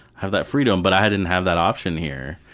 have that freedom. but i didn't have that option here.